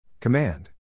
Command